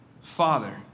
Father